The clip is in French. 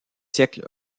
siècles